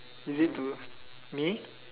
is it to me